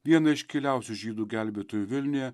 vieną iškiliausių žydų gelbėtojų vilniuje